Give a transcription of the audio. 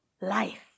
life